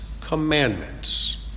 commandments